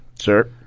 Sir